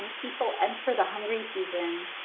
people enter the hungry season,